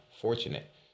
fortunate